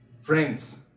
Friends